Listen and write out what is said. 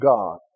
God